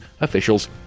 officials